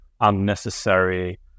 unnecessary